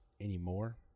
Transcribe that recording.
anymore